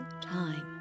time